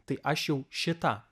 tai aš jau šitą